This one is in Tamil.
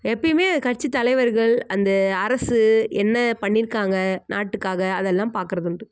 எப்போயுமே கட்சி தலைவர்கள் அந்த அரசு என்ன பண்ணியிருக்காங்க நாட்டுக்காக அதெல்லாம் பார்க்குறது உண்டு